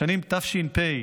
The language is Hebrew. בשנים תש"פ,